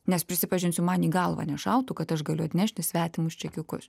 nes prisipažinsiu man į galvą nešautų kad aš galiu atnešti svetimus čekiukus